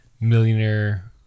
millionaire